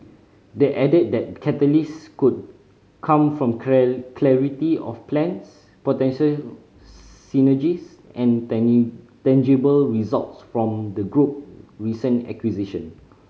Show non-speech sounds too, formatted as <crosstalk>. they added that catalyst could come from <unintelligible> clarity of plans potential synergies and <unintelligible> tangible results from the group recent acquisition